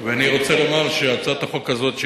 ואני רוצה לומר שהצעת החוק הזאת,